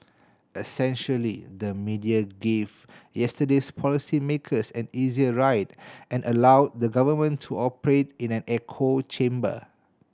essentially the media gave yesterday's policy makers an easier ride and allowed the government to operate in an echo chamber